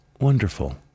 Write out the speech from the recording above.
wonderful